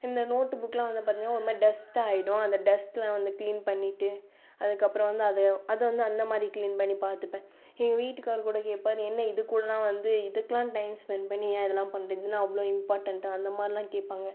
இந்த நோட்டு புக்லாம் வந்து பார்த்தீங்கனா ஒரு மாதிரி டஸ்ட்டாக ஆகிடும் அந்த டஸ்ட்லாம் வந்து க்ளீன் பண்ணிட்டு அதுக்கப்பறம் வந்து அதை அது வந்து அந்த மாதிரி க்ளீன் பண்ணி பார்த்துப்பேன் எங்கள் வீட்டுக்கார் கூட கேட்பார் நீ என்ன இதுகூடலாம் வந்து இதுக்குலாம் டைம் ஸ்பெண்ட் பண்ணி ஏன் இதுலாம் பண்ணுற இது என்ன அவ்வளோ இம்பார்ட்டெண்ட்டாக அந்த மாதிரிலாம் கேட்பாங்க